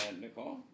Nicole